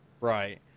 Right